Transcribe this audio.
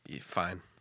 Fine